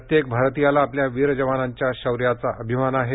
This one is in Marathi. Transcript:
प्रत्येक भारतीयाला आपल्या वीर जवानांच्या शौर्यांचा अभिमान आहे